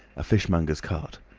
a fishmonger's cart.